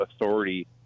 authority